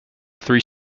three